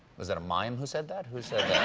was that a mime who said that? who said